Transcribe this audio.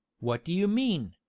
what do you mean?